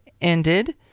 ended